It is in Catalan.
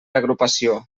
agrupació